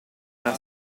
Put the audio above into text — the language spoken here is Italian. una